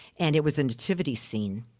and it was a nativity scene,